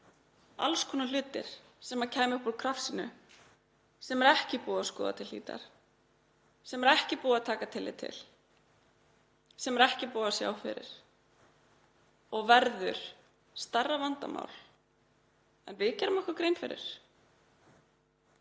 alls konar hlutir sem kæmu upp úr dúrnum sem er ekki búið að skoða til hlítar, sem er ekki búið að taka tillit til, sem er ekki búið að sjá fyrir og verður stærra vandamál en við gerum okkur grein fyrir.